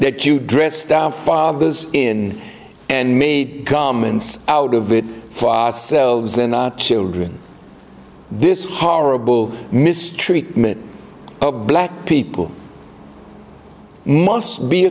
that you dress down fathers in and made comments out of it for ourselves and children this horrible mistreatment of black people must be